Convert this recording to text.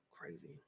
Crazy